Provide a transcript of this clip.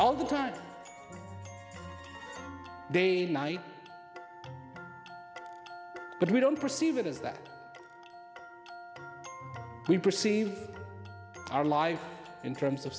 all the time day night but we don't perceive it as that we perceive our life in terms of